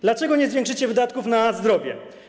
Dlaczego nie zwiększycie wydatków na zdrowie?